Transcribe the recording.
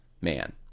man